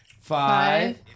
Five